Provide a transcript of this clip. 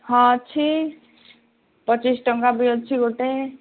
ହଁ ଅଛି ପଚିଶ ଟଙ୍କା ବି ଅଛି ଗୋଟେ